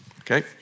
Okay